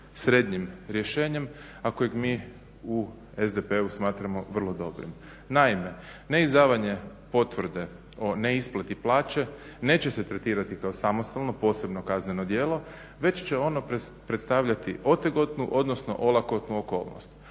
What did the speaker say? srednjim rješenjem, a kojeg mi u SDP-u smatramo vrlo dobrim. Naime, neizdavanje potvrde o neisplati plaće neće se tretirati kao samostalno, posebno kazneno djelo već će ono predstavljati otegotnu, odnosno olakotnu okolnost.